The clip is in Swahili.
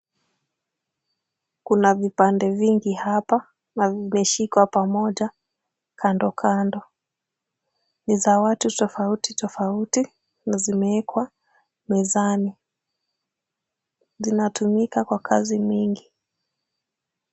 Kuna vipande vingi hapa na vimeshikwa pamoja kando kando. Ni za watu tofauti tofauti na zimewekwa mezani. Zinatumika kwa kazi mingi.